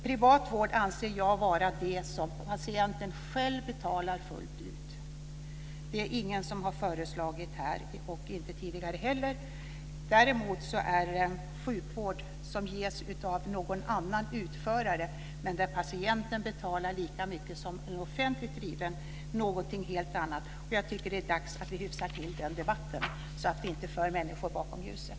Jag anser att privat vård är det som patienten själv betalar fullt ut för. Det är ingen som har föreslagit det här - och inte tidigare heller. Däremot är sjukvård som ges av annan utförare men där patienten betalar lika mycket som offentligt driven vård någonting helt annat. Det är dags att hyfsa till den debatten, så att människor inte förs bakom ljuset.